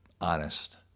honest